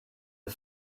the